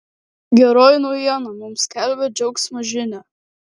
geroji naujiena mums skelbia džiaugsmo žinią